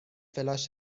فلاش